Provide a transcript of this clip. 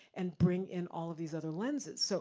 and bring in all of these other lenses. so